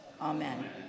Amen